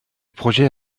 projet